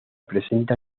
presenta